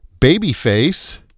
Babyface